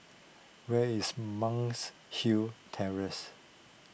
where is Monk's Hill Terrace